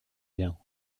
bien